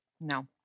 no